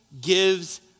gives